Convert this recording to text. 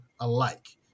alike